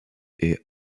est